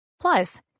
Plus